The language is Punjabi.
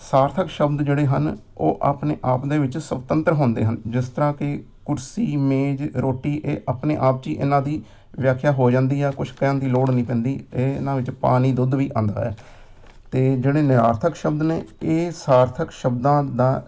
ਸਾਰਥਕ ਸ਼ਬਦ ਜਿਹੜੇ ਹਨ ਉਹ ਆਪਣੇ ਆਪ ਦੇ ਵਿੱਚ ਸੁਤੰਤਰ ਹੁੰਦੇ ਹਨ ਜਿਸ ਤਰ੍ਹਾਂ ਕਿ ਕੁਰਸੀ ਮੇਜ ਰੋਟੀ ਇਹ ਆਪਣੇ ਆਪ 'ਚ ਹੀ ਇਹਨਾਂ ਦੀ ਵਿਆਖਿਆ ਹੋ ਜਾਂਦੀ ਹੈ ਕੁਛ ਕਹਿਣ ਦੀ ਲੋੜ ਨਹੀਂ ਪੈਂਦੀ ਇਹ ਇਹਨਾਂ ਵਿੱਚ ਪਾਣੀ ਦੁੱਧ ਵੀ ਆਉਂਦਾ ਹੈ ਅਤੇ ਜਿਹੜੇ ਨਿਰਾਰਥਕ ਸ਼ਬਦ ਨੇ ਇਹ ਸਾਰਥਕ ਸ਼ਬਦਾਂ ਦਾ